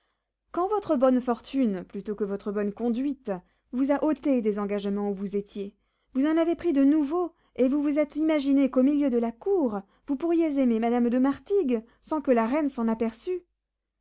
quand votre bonne fortune plutôt que votre bonne conduite vous a ôté des engagements où vous étiez vous en avez pris de nouveaux et vous vous êtes imaginé qu'au milieu de la cour vous pourriez aimer madame de martigues sans que la reine s'en aperçût